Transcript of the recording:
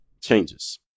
changes